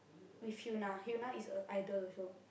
with hyuna Hyuna is a idol also